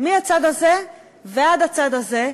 מהצד הזה ועד הצד הזה,